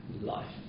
life